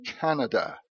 Canada